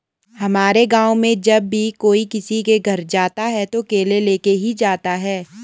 हमारे गाँव में जब भी कोई किसी के घर जाता है तो केले लेके ही जाता है